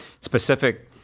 specific